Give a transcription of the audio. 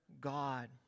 God